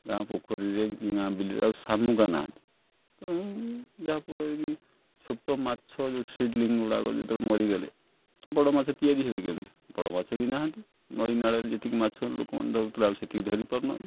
ଗାଁ ପୋଖରୀରେ କି ଗାଁ ବିଲରେ ଆଉ ସାମୁକା ନାହାନ୍ତି ତେଣୁ ଯାହାଫଳରେ କି ଛୋଟ ମାଛ ଯେଉଁ ସିଡ଼ଲିଙ୍ଗଗୁଡ଼ାକ ଯେତେବେଳେ ମରିଗଲେ ବଡ଼ ମାଛ ତିଆରି ହେବେ କେମିତି ବଡ଼ ମାଛ ବି ନାହାନ୍ତି ନଈ ନାଳରେ ଯେତିକି ମାଛ ଲୋକମାନେ ଧରୁଥିଲେ ଆଉ ସେତିକି ଧରିପାରୁନାହାନ୍ତି